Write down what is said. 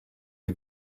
est